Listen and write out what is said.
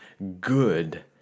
good